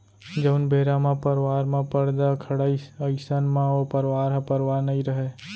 जउन बेरा म परवार म परदा खड़ाइस अइसन म ओ परवार ह परवार नइ रहय